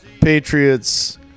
Patriots